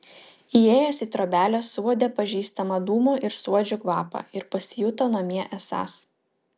įėjęs į trobelę suuodė pažįstamą dūmų ir suodžių kvapą ir pasijuto namie esąs